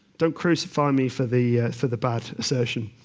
don't crucify me for the for the bad assertion.